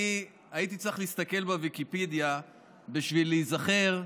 אני הייתי צריך להסתכל בוויקיפדיה כדי להיזכר,